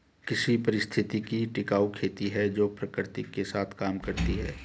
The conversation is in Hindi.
कृषि पारिस्थितिकी टिकाऊ खेती है जो प्रकृति के साथ काम करती है